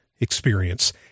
experience